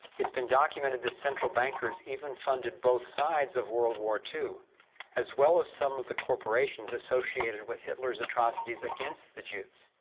it's been documented that central bankers even funded both sides of world war ii as well as some of the corporations associated with hitler's atrocities against the jews.